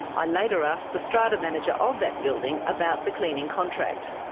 i later asked the strata manager of that building about the cleaning contract,